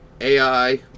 AI